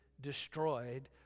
destroyed